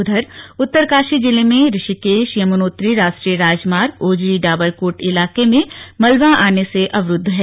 उधर उत्तरकाशी जिले में ऋषिकेश यमुनोत्री राष्ट्रीय राजमार्ग ओजरी डाबरकोट इलाके में मलबा आने से अवरुद्ध है